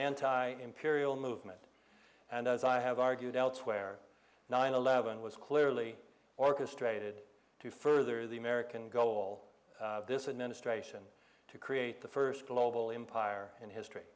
anti imperial movement and as i have argued elsewhere nine eleven was clearly orchestrated to further the american goal of this administration to create the first global empire in history